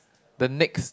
the next